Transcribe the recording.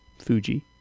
Fuji